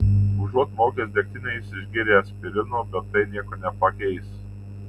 užuot maukęs degtinę jis išgėrė aspirino bet tai nieko nepakeis